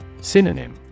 Synonym